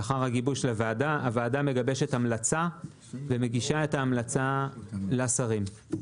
והוועדה מגבשת המלצה ומגישה את ההמלצה לשרים.